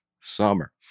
summer